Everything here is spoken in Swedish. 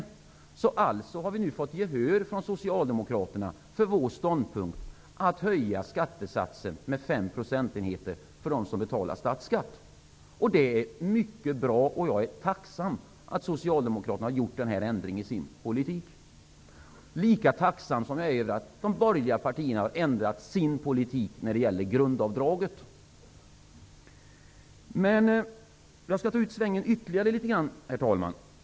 Vi i Vänsterpartiet har alltså fått gehör från Socialdemokraterna för vår ståndpunkt att höja skattesatsen med 5 procentenheter för dem som betalar statsskatt. Det är mycket bra. Jag är tacksam för att Socialdemokraterna har gjort denna ändring i sin politik -- lika tacksam som jag är över att de borgerliga partierna har ändrat sin politik när det gäller grundavdraget. Jag skall ta ut svängarna ytterligare litet grand, herr talman.